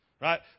right